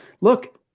look